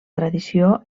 tradició